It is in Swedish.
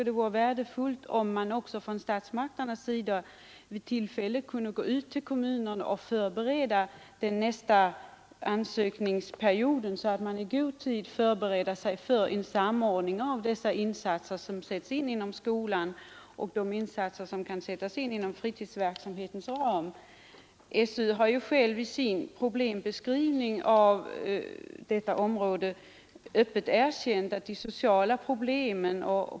Det vore värdefullt om statsmakterna vid tillfälle ville förbereda nästa ansökningsperiod, så att kommunerna i god tid kunde bereda sig för en samordning av de insatser som sätts in på skolans område och de insatser som kan göras inom fritidsverksamhetens ram. SÖ har ju själv i sin beskrivning av problemen på detta område öppet erkänt de sociala problemen.